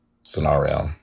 scenario